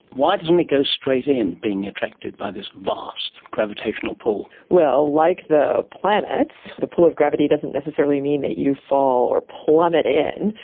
why doesn't it go straight in, being attracted by this vast gravitational pull? well, like the planets, the pull of gravity doesn't necessarily mean that you fall or plummet in,